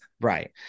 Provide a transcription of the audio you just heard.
Right